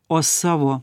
o savo